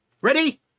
ready